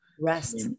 Rest